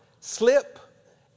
Slip